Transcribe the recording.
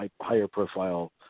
higher-profile